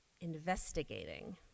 investigating